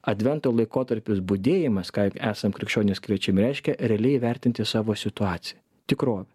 advento laikotarpis budėjimas ką esam krikščionys kviečiami reiškia realiai įvertinti savo situaciją tikrovę